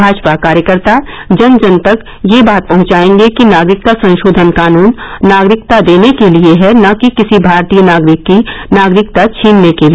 भाजपा कार्यकर्ता जन जन तक यह बात पहंचायेंगे कि नागरिकता संशोधन कानन नागरिकता देने के लिए है न कि किसी भारतीय नागरिक की नागरिकता ्छीनने के लिए